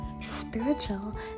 spiritual